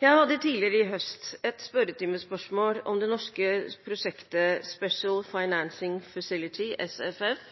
Jeg hadde tidligere i høst et spørretimespørsmål om det norske prosjektet «Special Financing Facility», SFF,